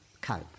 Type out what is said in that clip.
cope